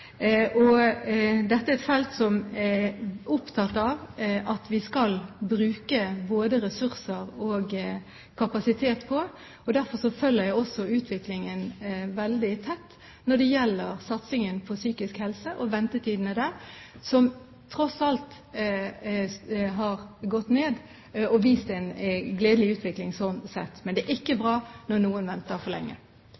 dette feltet. Dette er et felt som jeg er opptatt av at vi skal bruke både ressurser og kapasitet på. Derfor følger jeg også utviklingen veldig tett når det gjelder satsingen på psykisk helse og ventetidene der, som tross alt har gått ned og vist en gledelig utvikling sånn sett. Men det er ikke